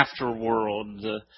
afterworld